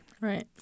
Right